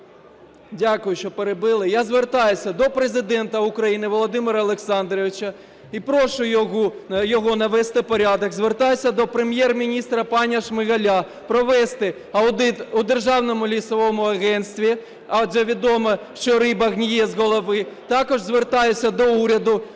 Дякую, що перебили. Я звертаюся до Президента України Володимира Олександровича і прошу його навести порядок. Звертаюся до Прем'єр-міністра пана Шмигаля провести аудит у Державному лісовому агентстві, адже відомо, що риба гниє з голови. Також звертаюся до уряду: